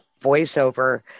voiceover